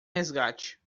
resgate